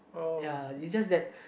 ya it's just that